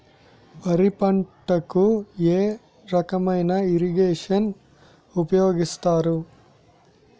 వరి పంటకు ఏ రకమైన ఇరగేషన్ ఉపయోగిస్తారు?